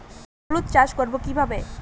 হলুদ চাষ করব কিভাবে?